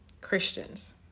Christians